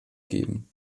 geben